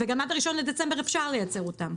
וגם עד 1 בדצמבר אפשר לייצר אותם.